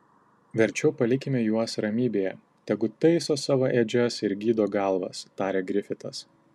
verčiau palikime juos ramybėje tegu taiso savo ėdžias ir gydo galvas tarė grifitas